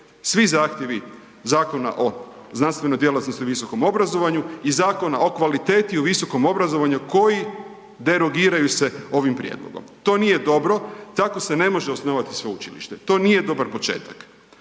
svi zahtjevi Zakona o znanstvenoj djelatnosti u visokom obrazovanju i Zakona o kvaliteti u visokom obrazovanju koji derogiraju se ovim prijedlogom. To nije dobro, tako se ne može osnovati sveučilište, to nije dobar početak.